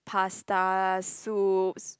pasta soups